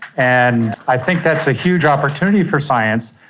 and i think that's a huge opportunity for science,